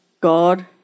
God